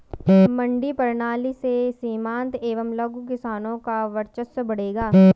मंडी प्रणाली से सीमांत एवं लघु किसानों का वर्चस्व बढ़ेगा